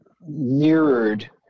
mirrored